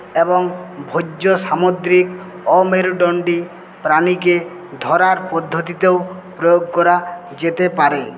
এবং ভোজ্য সামুদ্রিক অমেরুদণ্ডী প্রাণীকে ধরার পদ্ধতিতেও প্রয়োগ করা যেতে পারে